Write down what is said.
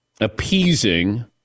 appeasing